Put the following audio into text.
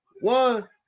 one